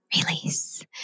Release